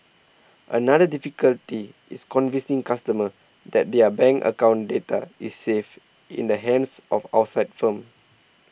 another difficulty is convincing customers that their bank account data is safe in the hands of outside firms